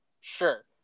Sure